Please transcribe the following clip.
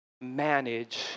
manage